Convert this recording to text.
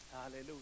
Hallelujah